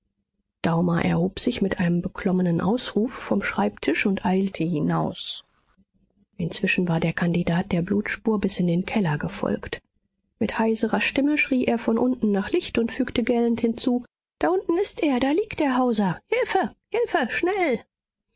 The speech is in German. daumer erhob sich mit einem beklommenen ausruf vom schreibtisch und eilte hinaus inzwischen war der kandidat der blutspur bis in den keller gefolgt mit heiserer stimme schrie er von unten nach licht und fügte gellend hinzu da unten ist er da liegt der hauser hilfe hilfe schnell